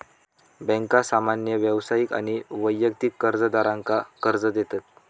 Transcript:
बँका सामान्य व्यावसायिक आणि वैयक्तिक कर्जदारांका कर्ज देतत